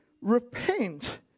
repent